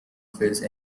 face